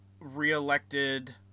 reelected